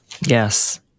yes